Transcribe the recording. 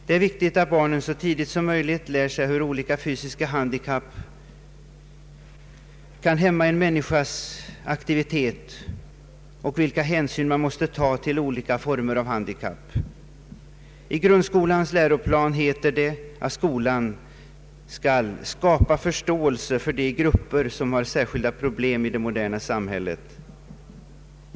Det är viktigt att barnen så tidigt som möjligt lär sig hur olika fysiska handikapp kan hämma en människas aktivitet och vilka hänsyn man måste ta till olika former av handikapp. I grundskolans läroplan heter det att skolan skall skapa förståelse för de grupper som har särskilda problem i det moderna samhället.